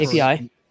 API